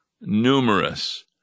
numerous